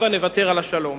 הבה נוותר על השלום".